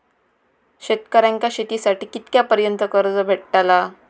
शेतकऱ्यांका शेतीसाठी कितक्या पर्यंत कर्ज भेटताला?